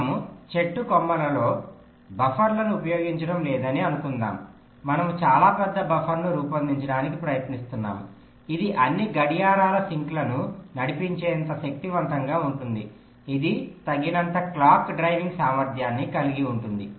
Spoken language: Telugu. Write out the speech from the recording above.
మనము చెట్టు కొమ్మలలో బఫర్లను ఉపయోగించడం లేదని అనుకుందాం మనము చాలా పెద్ద బఫర్ను రూపొందించడానికి ప్రయత్నిస్తున్నాము ఇది అన్ని గడియారాల సింక్లను నడిపించేంత శక్తివంతంగా ఉంటుంది ఇది తగినంత క్లాక్ డ్రైవింగ్ సామర్థ్యాన్ని కలిగి ఉంటుంది